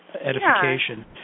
edification